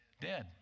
dead